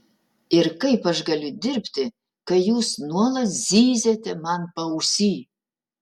ir kaip aš galiu dirbti kai jūs nuolat zyziate man paausy